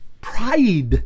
pride